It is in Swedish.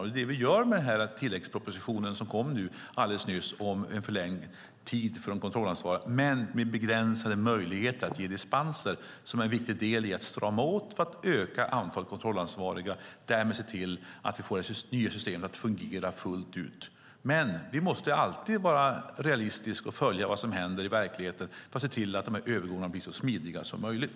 Det är det vi gör med tilläggspropositionen om en förlängd tid för de kontrollansvariga med begränsade möjligheter att ge dispenser, vilket är viktigt när det gäller att strama åt för att öka antalet kontrollansvariga och därmed se till att vi får det nya systemet att fungera fullt ut. Vi måste alltid vara realistiska och följa vad som händer i verkligheten för att övergångarna ska bli så smidiga som möjligt.